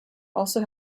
also